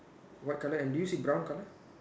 what colour and do you see brown colour